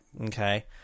Okay